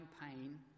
pain